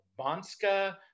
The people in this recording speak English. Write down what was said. Banska